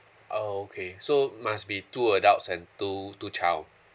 oh okay so must be two adults and two two child